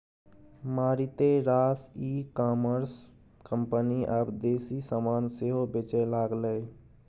मारिते रास e commerce company आब देसी समान सेहो बेचय लागलै